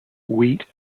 wheat